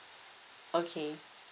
okay